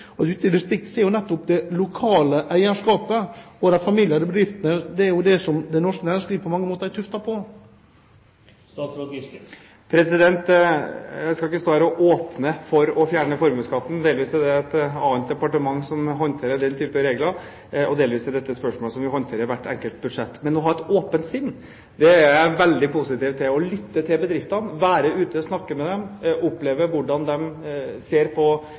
bedriftene som det norske næringslivet på mange måter er tuftet på? Jeg skal ikke stå her og åpne for å fjerne formuesskatten. Delvis er det et annet departement som håndterer den type regler, og delvis er dette spørsmål som vi håndterer i hvert enkelt budsjett. Men å ha et åpent sinn er jeg veldig positiv til. Å lytte til bedriftene, være ute og snakke med dem og oppleve hvordan de ser på